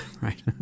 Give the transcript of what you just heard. right